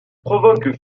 provoque